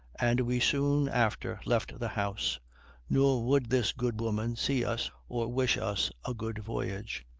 and we soon after left the house nor would this good woman see us or wish us a good voyage.